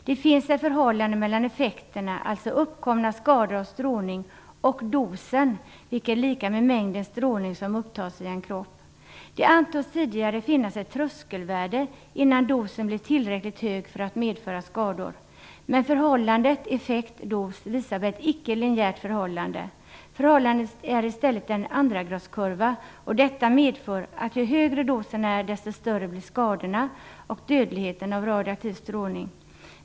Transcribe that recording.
Det finns ett förhållande mellan effekterna, alltså uppkomna skador av strålning och doser, vilket är lika med mängden strålning som upptas i en kropp. Det antogs tidigare finnas ett tröskelvärde, innan dosen blev tillräckligt hög för att medföra skador. Men förhållandet effekt-dos visar på ett icke-linjärt förhållande. Förhållandet är i stället en andragradskurva. Detta medför att ju högre dosen är, desto större blir skadorna och dödligheten till följd av radioaktiv strålning.